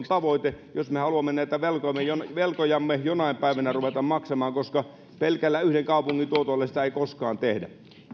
tavoite jos me haluamme näitä velkojamme jonain velkojamme jonain päivänä ruveta maksamaan koska pelkän yhden kaupungin tuotoilla sitä ei koskaan tehdä